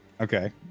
Okay